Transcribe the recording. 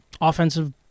offensive